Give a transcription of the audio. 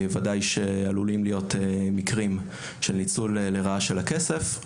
ודאי שעלולים להיות מקרים של ניצול לרעה של הכסף,